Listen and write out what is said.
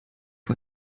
vor